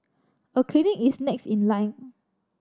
a clinic is next in line